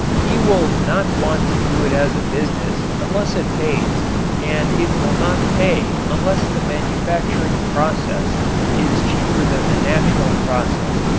he will not want to do it as a business unless it pays and it will not pay unless the manufacturing process is cheaper than the natural process.